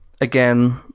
Again